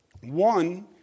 One